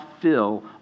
fill